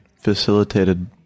facilitated